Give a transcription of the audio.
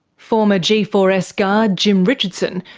former g four s guard jim richardson,